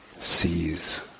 sees